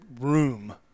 room